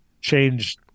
change